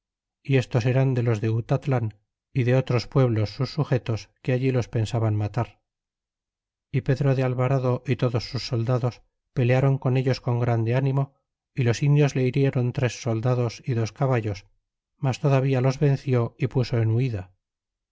y estos eran de los de utatlan y de otros pueblos sus sujetos que allí los pensaban matar y pedro de alvarado y todos sus soldados pelearon con ellos con grande animo y los indios le hirieron tres soldados y dos caballos mas todavía los venció y puso en huida